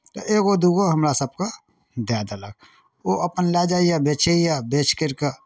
तऽ एगो दूगो हमरा सभकेँ दए देलक ओ अपन लए जाइए बेचैए बेच करि कऽ